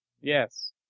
Yes